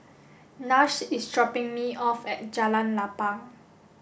Nash is dropping me off at Jalan Lapang